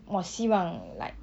我希望 like